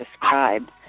describe